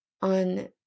on